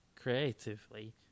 Creatively